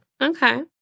Okay